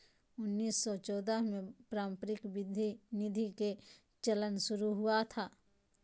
उन्नीस सौ चौदह में पारस्परिक निधि के चलन शुरू हुआ था